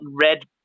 red